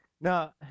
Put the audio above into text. Now